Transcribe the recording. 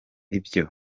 ibyo